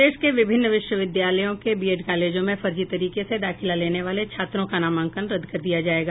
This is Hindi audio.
प्रदेश के विभिन्न विश्वविद्यालयों के बीएड कॉलेजों में फर्जी तरीके से दाखिला लेने वाले छात्रों का नामांकन रद्द किया जायेगा